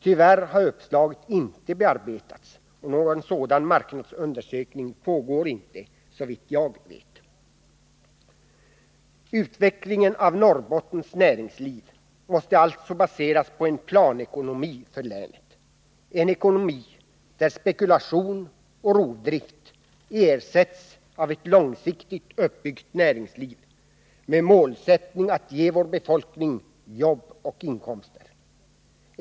Tyvärr har uppslaget inte bearbetats och någon sådan marknadsundersökning pågår inte nu såvitt jag vet. Utvecklingen av Norrbottens näringsliv måste alltså baseras på en planekonomi för länet. En ekonomi där spekulation och rovdrift ersatts av ett långsiktigt uppbyggt näringsliv med målsättning att ge vår befolkning jobb och inkomster.